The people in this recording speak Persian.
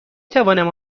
توانم